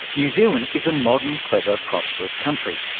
new zealand is a modern, clever, prosperous country.